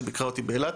שביקרה אותי באילת.